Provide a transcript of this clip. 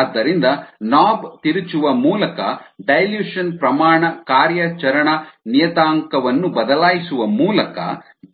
ಆದ್ದರಿಂದ ನಾಬ್ ತಿರುಚುವ ಮೂಲಕ ಡೈಲ್ಯೂಷನ್ ಸಾರಗುಂದಿಸುವಿಕೆ ಪ್ರಮಾಣ ಕಾರ್ಯಾಚರಣಾ ನಿಯತಾಂಕವನ್ನು ಬದಲಾಯಿಸುವ ಮೂಲಕ